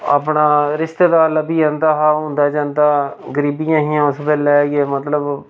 अपना रिश्तेदार लब्भी जंदा हा औंदा जंदा गरीबियां हियां उस बेल्लै के मतलब